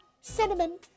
Cinnamon